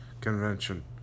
convention